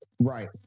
right